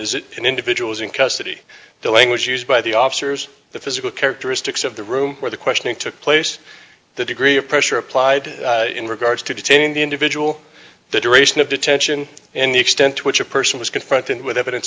is it in individuals in custody the language used by the officers the physical characteristics of the room where the questioning took place the degree of pressure applied in regards to detaining the individual the duration of detention and the extent to which a person was confronted with evidence